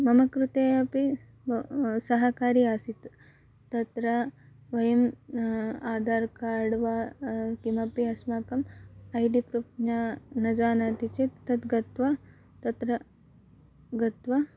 मम कृते अपि ब सहकारी आसीत् तत्र वयम् आधर्कार्ड् वा किमपि अस्माकम् ऐ डि प्रूफ़् न न जानाति चेत् तद् गत्वा तत्र गत्वा